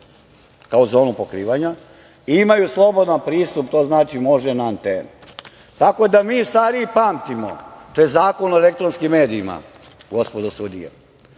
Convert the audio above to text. kao zonu pokrivanja, i imaju slobodan pristup, što znači da može na antenu? Tako da mi stariji pamtimo, to je Zakon o elektronskim medijima, gospodo sudije,